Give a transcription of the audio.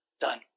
done